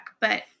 but-